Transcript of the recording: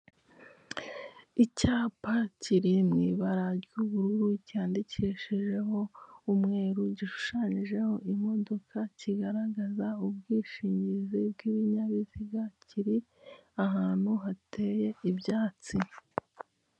Icyapa kiri mu ibara ry'ubururu cyandikishijeho umweru gishushanyijeho imodoka, kigaragaza ubwishingizi bw'ibinyabiziga kiri ahantu hateye ibyatsi.